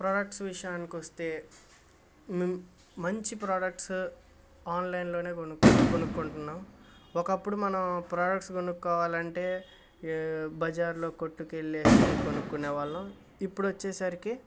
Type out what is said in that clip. products విషయానికొస్తే మిమ్ మంచి ప్రోడక్ట్సు ఆన్లైన్లోనే కొనుక్కు కొనుక్కుంటున్నాం ఒకప్పుడు మనం ప్రోడక్ట్స్ కొనుక్కోవాలంటే ఏ బజారులో కొట్టుకెళ్ళేసి కొనుక్కునేవాళ్ళం ఇప్పుడొచ్చేసరికి